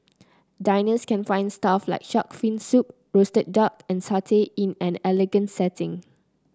diners can find stuff like shark fin soup roasted duck and satay in an elegant setting